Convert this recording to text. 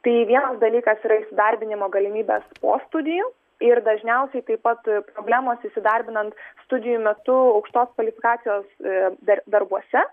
tai vienas dalykas yra įsidarbinimo galimybės po studijų ir dažniausiai taip pat problemos įsidarbinant studijų metu aukštos kvalifikacijos da darbuose